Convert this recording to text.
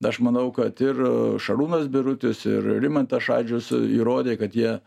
aš manau kad ir šarūnas birutis ir rimantas šadžius įrodė kad jie